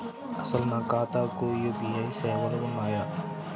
అసలు నా ఖాతాకు యూ.పీ.ఐ సేవలు ఉన్నాయా?